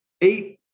eight